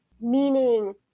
Meaning